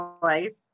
place